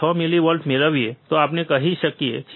6 millivolt મેળવીએ તો આપણે કરી શકીએ છીએ